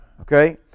okay